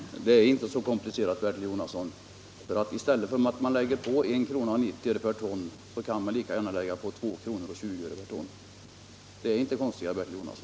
Herr talman! Det är inte så komplicerat, Bertil Jonasson. I stället för att man lägger på 1:90 kr. per ton kan man lika gärna lägga på 2:20 kr. per ton. Det är inte konstigare än så, Bertil Jonasson.